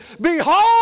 Behold